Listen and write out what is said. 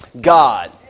God